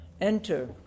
enter